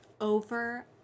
over